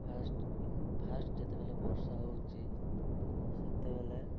first fast ଯେତେବେଲେ ବର୍ଷା ହଉଚି ସେତେବେଳେ